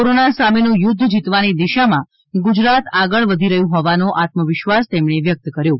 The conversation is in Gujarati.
કોરોના સામેનું યુદ્ધ જીતવાની દિશામાં ગુજરાત આગળ વધી રહ્યુંહોવાનો આત્મવિસવાસ તેમણે વ્યક્ત કર્યો છે